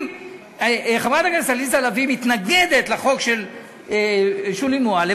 אם חברת הכנסת עליזה לביא מתנגדת לחוק של שולי מועלם,